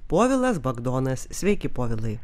povilas bagdonas sveiki povilai